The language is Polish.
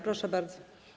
Proszę bardzo.